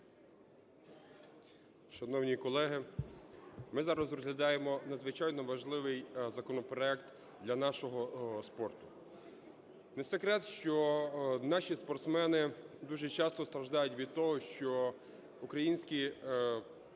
Шановні колеги, ми зараз розглядаємо надзвичайно важливий законопроект для нашого спорту. Не секрет, що наші спортсмени дуже часто страждають від того, що українські спортивні